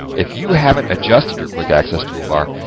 if you haven't adjusted your quick access toolbar,